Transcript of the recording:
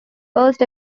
first